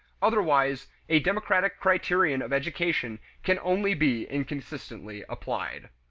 otherwise a democratic criterion of education can only be inconsistently applied.